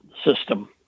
system